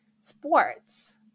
sports